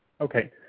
Okay